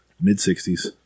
Mid-60s